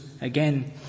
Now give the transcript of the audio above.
again